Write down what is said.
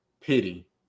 Pity